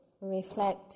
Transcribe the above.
reflect